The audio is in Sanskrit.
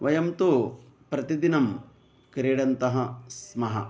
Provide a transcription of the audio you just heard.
वयं तु प्रतिदिनं क्रीडन्तः स्मः